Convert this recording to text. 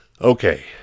Okay